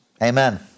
Amen